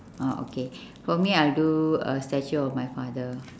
oh okay for me I would do a statue of my father